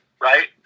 right